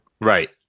Right